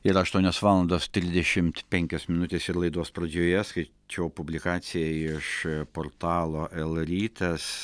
ir aštuonios valandos trisdešimt penkios minutės ir laidos pradžioje skaičiau publikaciją iš portalo lrytas